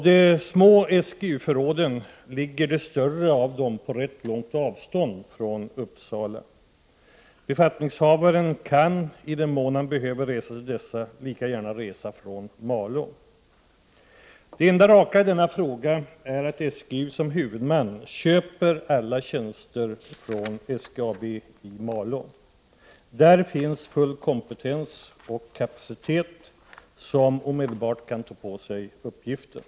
De mest betydande av de små SGU-förråden ligger på rätt långt avstånd från Uppsala. Befattningshavaren kan, i den mån han behöver 95 resa till dessa, lika gärna resa från Malå. Det enda raka är att SGU som huvudman köper alla tjänster från SGAB i Malå. Där finns full kompetens och kapacitet, och man kan omedelbart ta på sig uppgiften.